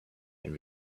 and